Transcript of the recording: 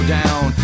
down